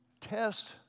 test